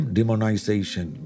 Demonization